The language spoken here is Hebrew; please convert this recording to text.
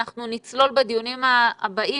אנחנו נצלול בדיונים הבאים,